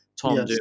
Tom